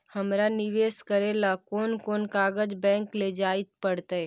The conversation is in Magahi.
हमरा निवेश करे ल कोन कोन कागज बैक लेजाइ पड़तै?